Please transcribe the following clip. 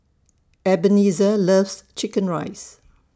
Ebenezer loves Chicken Rice